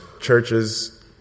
churches